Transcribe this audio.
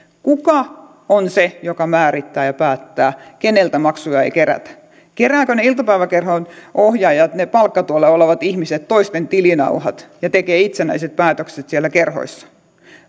kuka on se joka määrittää ja päättää keneltä maksuja ei kerätä keräävätkö ne iltapäiväkerhon ohjaajat ne palkkatuella olevat ihmiset toisten tilinauhat ja tekevät itsenäiset päätökset siellä kerhoissa